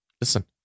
listen